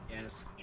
Yes